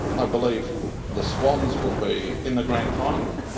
i believe the swans will be in the grand final